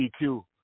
EQ